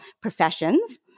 professions